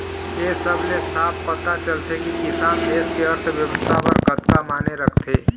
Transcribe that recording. ए सब ले साफ पता चलथे के किसान देस के अर्थबेवस्था बर कतका माने राखथे